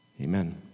Amen